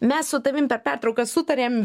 mes su tavim per pertrauką sutarėm